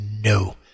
no